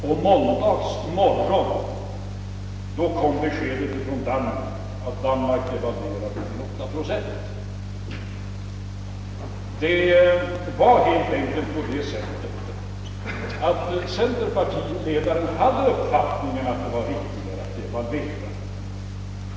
På måndagsmorgonen meddelades att Danmark devalverat med 8 procent. Centerpartiledaren hade helt enkelt uppfattningen, att det var riktigare att devalvera.